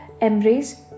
Embrace